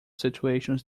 situations